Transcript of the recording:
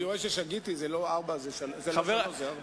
שיש לנו רמת אינפלציה גבוהה יותר משחזינו,